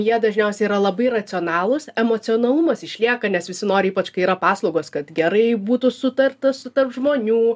jie dažniausiai yra labai racionalūs emocionalumas išlieka nes visi nori ypač kai yra paslaugos kad gerai būtų sutarta su tarp žmonių